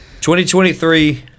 2023